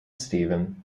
stephen